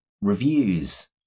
reviews